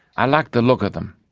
i liked the look of them,